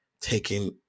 taking